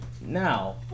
Now